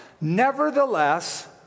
Nevertheless